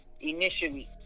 initially